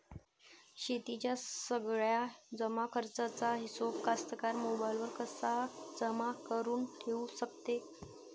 शेतीच्या सगळ्या जमाखर्चाचा हिशोब कास्तकार मोबाईलवर कसा जमा करुन ठेऊ शकते?